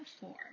four